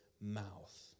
mouth